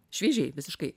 šviežiai visiškai